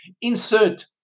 Insert